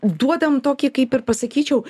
duodam tokį kaip ir pasakyčiau